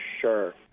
sure